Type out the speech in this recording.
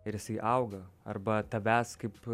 ir jisai auga arba tavęs kaip